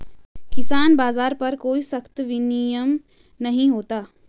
किसान बाज़ार पर कोई सख्त विनियम नहीं होता